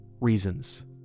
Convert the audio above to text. reasons